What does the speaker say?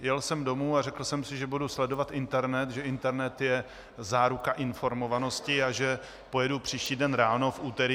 Jel jsem domů, řekl jsem si, že budu sledovat internet, že internet je záruka informovanosti a že pojedu příští den v úterý ráno.